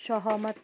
सहमत